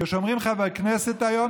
כשאומרים "חבר הכנסת" היום,